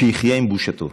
שיחיה עם בושתו.